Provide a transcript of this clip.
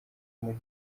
muri